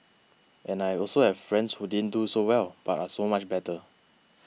and I also have friends who didn't do so well but are so much better